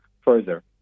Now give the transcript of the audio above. further